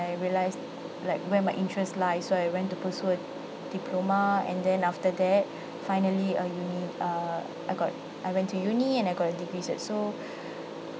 and I realise like where my interest lies so I went to pursue a diploma and then after that finally a uni uh I got I went to uni and I got a degree cert so